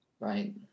Right